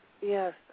Yes